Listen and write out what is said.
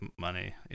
money